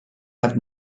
have